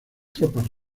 tropas